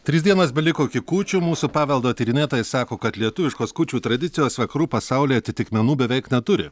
trys dienos beliko iki kūčių mūsų paveldo tyrinėtojai sako kad lietuviškos kūčių tradicijos vakarų pasaulyje atitikmenų beveik neturi